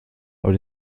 aber